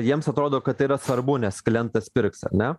jiems atrodo kad tai yra svarbu nes klientas pirks ar ne